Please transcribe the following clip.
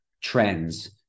trends